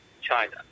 China